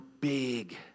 Big